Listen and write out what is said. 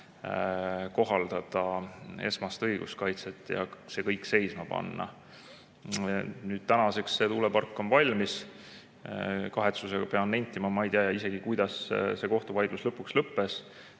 kohaldada esmast õiguskaitset ja see kõik seisma panna. Tänaseks on see tuulepark valmis. Kahetsusega pean nentima, et ma ei tea isegi, kuidas see kohtuvaidlus lõpuks lõppes.